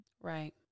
right